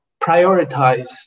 prioritize